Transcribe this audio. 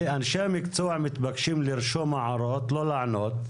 אנשי המקצוע מבקשים לרשום הערות, לא לענות.